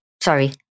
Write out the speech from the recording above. Sorry